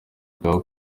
bwa